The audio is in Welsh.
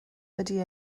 wedi